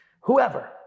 whoever